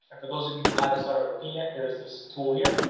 after, those of you who haven't started working yet, there's this tool here.